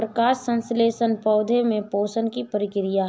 प्रकाश संश्लेषण पौधे में पोषण की प्रक्रिया है